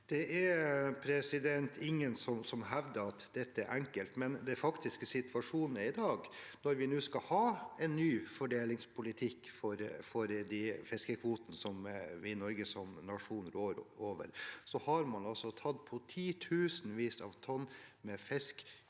Det er ingen som hevder at dette er enkelt, men den faktiske situasjonen i dag – når vi nå skal ha en ny fordelingspolitikk for de fiskekvotene som vi i Norge som nasjon rår over – er at man altså har tatt titusenvis av tonn med fisk ut